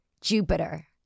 Jupiter